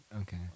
Okay